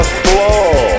floor